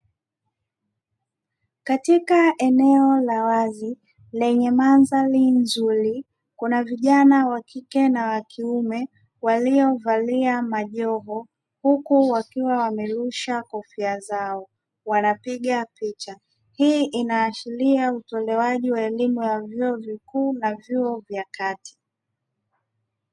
Katika eneo la wazi lenye mandhari nzuri, kuna vijana wa kike na wa kiume; waliovalia majoho huku, wakiwa wamerusha kofia zao wanapiga picha. Hii inaashiria utolewaji wa elimu ya vyuo vikuu na vyuo vya kati.